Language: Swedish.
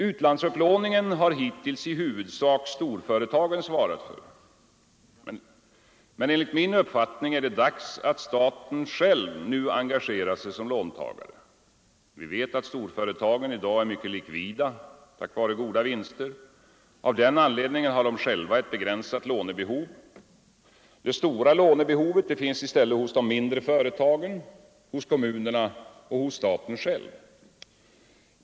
Utlandsupplåningen har hittills i huvudsak storföretagen svarat för. Men enligt min uppfattning är det dags att staten nu själv engagerar sig som låntagare Vi vet att storföretagen i dag är mycket likvida tack vare goda vinster. Av den anledningen har de själva ett begränsat lånebehov. Det stora lånebehovet finns i stället hos de mindre företagen, hos kommunerna och hos staten själv.